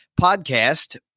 podcast